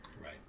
Right